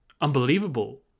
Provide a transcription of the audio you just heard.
unbelievable